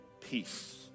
peace